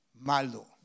malo